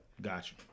Gotcha